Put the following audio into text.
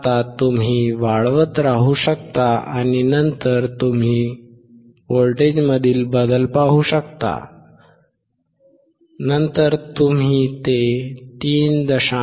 आता तुम्ही वाढवत राहू शकता आणि नंतर तुम्ही व्होल्टेजमधील बदल पाहू शकता नंतर तुम्ही ते 3